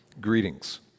Greetings